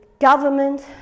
government